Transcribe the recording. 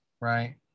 Right